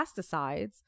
pesticides